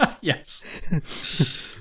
Yes